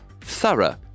thorough